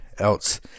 else